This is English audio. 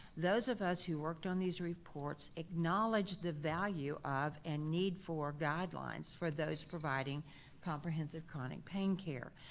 those of us who worked on these reports acknowledge the value of and need for guidelines for those providing comprehensive chronic pain care,